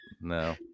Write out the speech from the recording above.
No